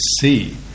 see